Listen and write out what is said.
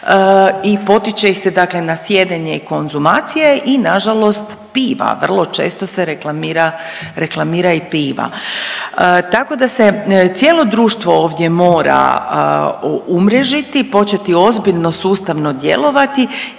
i potiče ih se dakle na sjedenje i konzumacije i nažalost piva vrlo često se reklamira, reklamira i piva. Tako da se cijelo društvo ovdje mora umrežiti i početi ozbiljno sustavno djelovati